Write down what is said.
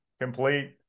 complete